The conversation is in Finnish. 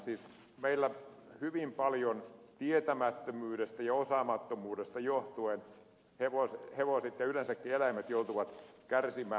siis meillä hyvin paljon tietämättömyydestä ja osaamattomuudesta johtuen hevoset ja yleensäkin eläimet joutuvat kärsimään